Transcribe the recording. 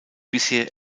bisher